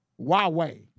Huawei